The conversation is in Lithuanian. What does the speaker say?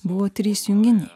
buvo trys junginiai